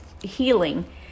healing